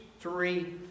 three